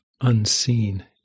unseen